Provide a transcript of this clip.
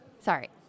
Sorry